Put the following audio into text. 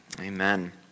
Amen